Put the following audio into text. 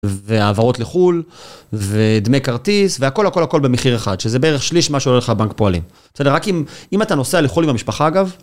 והעברות לחו"ל, ודמי כרטיס, והכל הכל הכל במחיר אחד, שזה בערך שליש מה שעולה לך בנק פועלים, בסדר? רק אם אתה נוסע לחול עם המשפחה, אגב,